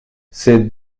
c’est